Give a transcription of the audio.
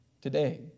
Today